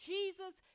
Jesus